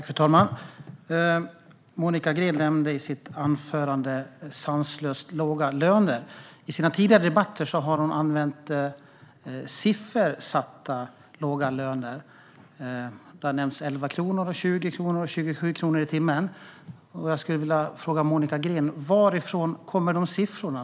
Fru talman! Monica Green nämnde i sitt anförande problemen med sanslöst låga löner. I sina tidigare debatter har hon använt siffersatta låga löner. Det har nämnts 11 kronor, 20 kronor och 27 kronor i timmen. Varifrån kommer siffrorna?